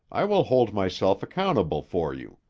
i will hold myself accountable for you.